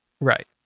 Right